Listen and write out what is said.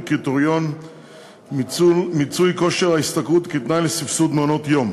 קריטריון מיצוי כושר ההשתכרות כתנאי לסבסוד מעונות-יום,